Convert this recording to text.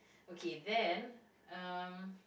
okay then um